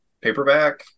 paperback